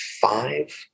five